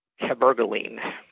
Cabergoline